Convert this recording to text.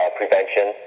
prevention